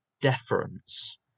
deference